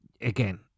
again